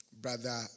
brother